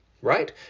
right